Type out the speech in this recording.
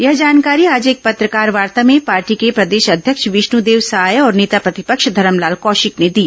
यह जानकारी आज एक पत्रकारवार्ता में पार्टी के प्रदेश अध्यक्ष विष्णुदेव साय और नेता प्रतिपक्ष धरमलाल कौशिक ने दी